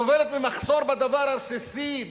היא סובלת ממחסור בדבר הבסיסי,